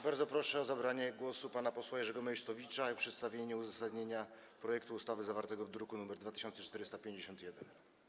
Bardzo proszę o zabranie głosu pana posła Jerzego Meysztowicza i przedstawienie uzasadnienia projektu ustawy zawartego w druku nr 2451.